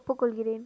ஒப்புக் கொள்கிறேன்